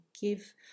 give